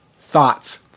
thoughts